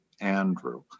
Andrew